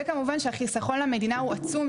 וכמובן שהחיסכון למדינה הוא עצום,